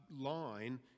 line